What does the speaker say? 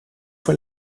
voor